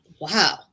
wow